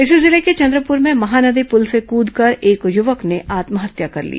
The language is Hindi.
इसी जिले के चंद्रपुर में महानदी पुल से कूदकर एक युवक ने आत्महत्या कर ली